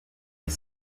est